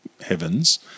heavens